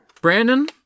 Brandon